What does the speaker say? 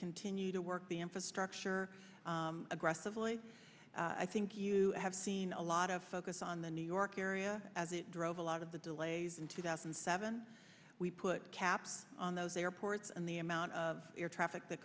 continue to work the infrastructure aggressively i think you have seen a lot of focus on the new york area as it drove a lot of the delays in two thousand and seven we put caps on those airports and the amount of air traffic that